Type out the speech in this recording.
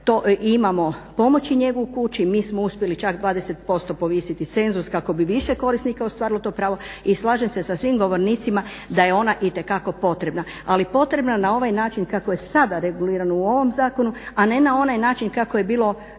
imamo pomoć i njegu u kući, mi smo uspjeli čak 20% povisiti cenzus kako bi više korisnika ostvarilo to pravo i slažem se sa svim govornicima da je ona itekako potrebna, ali potrebna na ovaj način kako je sada regulirano u ovom zakonu a ne na onaj način kako je bilo,